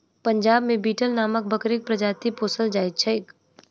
पंजाब मे बीटल नामक बकरीक प्रजाति पोसल जाइत छैक